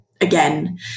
again